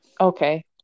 Okay